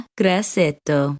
grassetto